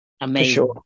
Amazing